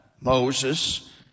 Moses